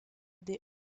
des